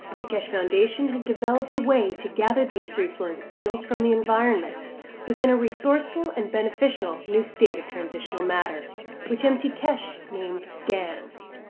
the keshe foundation has developed a way to gather these free flowing fields from the environment within a resourceful and beneficial new state of transitional matter which m t. keshe named gans.